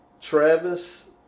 Travis